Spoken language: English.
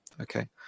okay